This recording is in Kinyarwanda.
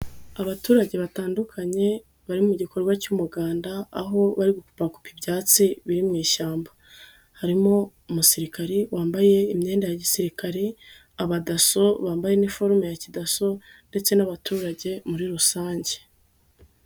Abaturage batandukanye bari mu gikorwa cy'umuganda aho bari gukupakupa ibyatsi biri mu ishyamba, harimo umusirikare wambaye imyenda ya gisirikare, abadaso bambaye ni iniforume ya kidaso ndetse n'abaturage muri rusange.